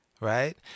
right